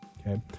okay